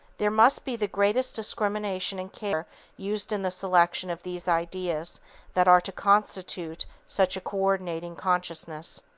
there must be the greatest discrimination and care used in the selection of these ideas that are to constitute such a co-ordinating consciousness.